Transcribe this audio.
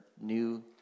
new